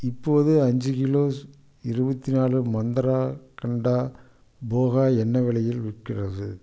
இப்போது அஞ்சு கிலோஸ் இருபத்தி நாலு மந்த்ரா கண்டா போஹா என்ன விலையில் விற்கிறது